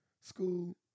school